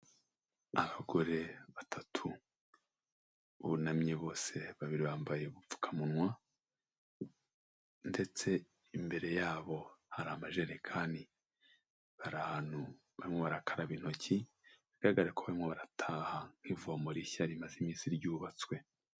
Abagore batatu bunamye bose babiri bambaye ubupfukamunwa ndetse imbere yabo hari amajerekani, bari ahantu barimo barakaraba intoki, bigaragare ko barimo barataha nk'ivomo rishya rimaze iminsi ryubatswe.